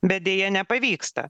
bet deja nepavyksta